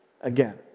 again